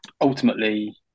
ultimately